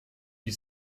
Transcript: die